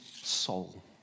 soul